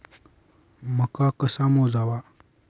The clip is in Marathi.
मका कसा मोजावा?